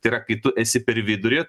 tai yra kai tu esi per vidurį